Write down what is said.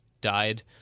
died